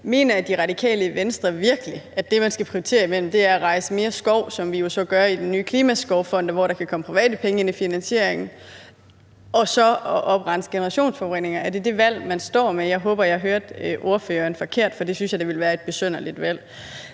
Mener Radikale Venstre virkelig, at det, man skal prioritere imellem, er at rejse mere skov, som vi jo så gør via den nye skovfond, hvor der kan komme private penge ind i finansieringen, og så at oprense generationsforureninger? Er det det valg, man står med? Jeg håber, at jeg hørte forkert, for det synes jeg da ville være et besynderligt valg.